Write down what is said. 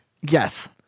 yes